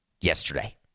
yesterday